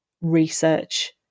research